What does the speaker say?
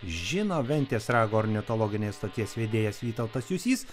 žino ventės rago ornitologinės stoties vedėjas vytautas jusys